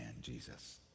Jesus